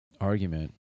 argument